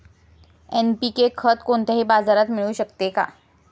NPK खत कोणत्याही बाजारात मिळू शकते का?